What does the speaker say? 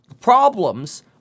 problems